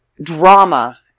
drama